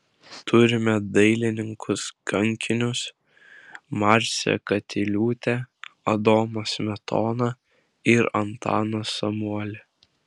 turime dailininkus kankinius marcę katiliūtę adomą smetoną ir antaną samuolį